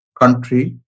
country